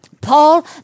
Paul